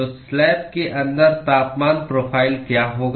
तो स्लैब के अंदर तापमान प्रोफाइल क्या होगा